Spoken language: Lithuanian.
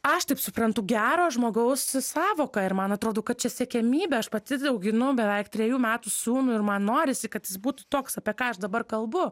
aš taip suprantu gero žmogaus sąvoką ir man atrodo kad čia siekiamybė aš pati auginu beveik trejų metų sūnų ir man norisi kad jis būtų toks apie ką aš dabar kalbu